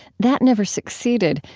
that never succeeded,